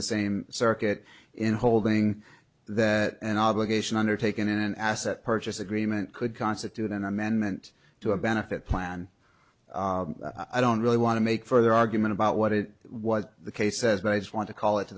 the same circuit in holding that an obligation undertaken an asset purchase agreement could constitute an amendment to a benefit plan i don't really want to make further argument about what it was the case says but i just want to call it to